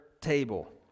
table